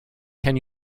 can